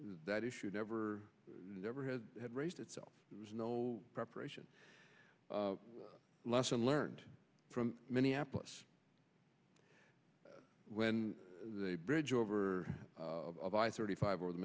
that issue never never had had raised itself there's no preparation lesson learned from minneapolis when the bridge over of i thirty five or the